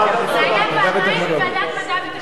לא לא, זה היה פעמיים בוועדת המדע והטכנולוגיה.